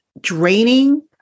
draining